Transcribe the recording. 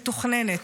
מתוכננת.